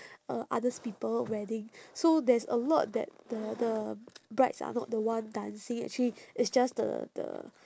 uh other's people wedding so there is a lot that the the brides are not the one dancing actually it's just the the